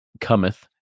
cometh